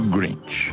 Grinch